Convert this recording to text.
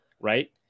Right